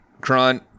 Kron